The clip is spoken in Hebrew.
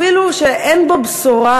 שאין בו אפילו בשורה,